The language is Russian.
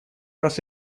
раз